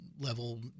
level